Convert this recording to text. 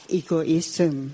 egoism